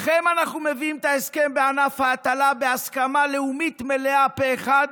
לכם אנחנו מביאים את ההסכם בענף ההטלה בהסכמה לאומית מלאה פה אחד,